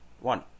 one